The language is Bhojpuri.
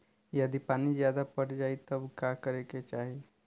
यदि पानी ज्यादा पट जायी तब का करे के चाही?